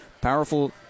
Powerful